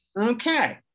Okay